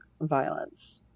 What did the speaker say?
violence